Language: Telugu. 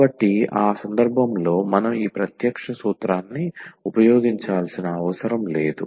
కాబట్టి ఆ సందర్భంలో మనం ఈ ప్రత్యక్ష సూత్రాన్ని ఉపయోగించాల్సిన అవసరం లేదు